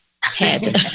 head